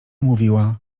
mówiła